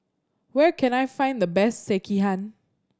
where can I find the best Sekihan